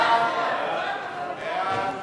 חוק הטבות במס וייעוץ